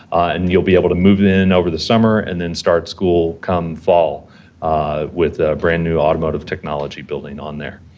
and you'll be able to move in over the summer and then start school come fall with a brand new automotive technology building on there.